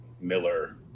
miller